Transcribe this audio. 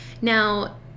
Now